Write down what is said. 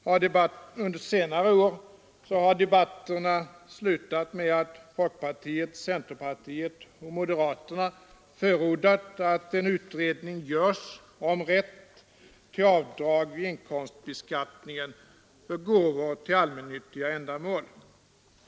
Varje gång under senare år har debatterna slutat med att folkpartiet, centerpartiet och moderaterna har förordat att en utredning görs om rätt till avdrag vid inkomstbeskattningen för gåvor till allmännyttiga ändamål.